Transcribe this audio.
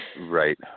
Right